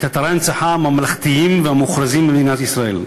אתרי ההנצחה הממלכתיים והמוכרזים במדינת ישראל.